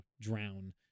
drown